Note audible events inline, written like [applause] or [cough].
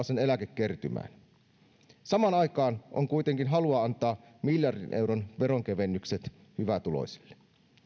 [unintelligible] sen eläkekertymään samaan aikaan on kuitenkin halua antaa miljardin euron veronkevennykset hyvätuloisille